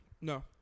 no